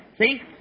See